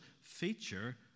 feature